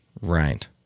Right